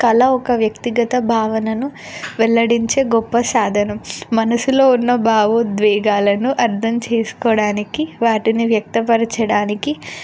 కళ ఒక వ్యక్తిగత భావనను వెళ్ళడించే గొప్ప సాధనం మనసులో ఉన్న భావోద్వేగాలను అర్థం చేసుకోవడానికి వాటిని వ్యక్తపరచడానికి